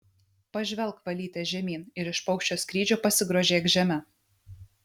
pažvelk valyte žemyn ir iš paukščio skrydžio pasigrožėk žeme